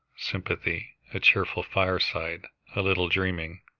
sympathy, a cheerful fireside, a little dreaming,